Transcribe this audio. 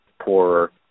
poorer